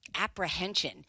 apprehension